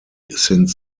since